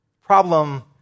problem